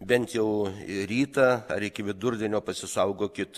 bent jau rytą ar iki vidurdienio pasisaugokit